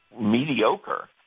mediocre